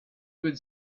could